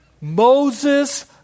Moses